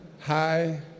hi